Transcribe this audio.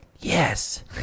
yes